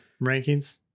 rankings